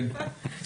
כן.